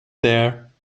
there